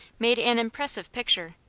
made an impressive picture.